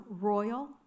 royal